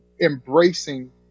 embracing